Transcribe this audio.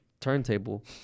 turntable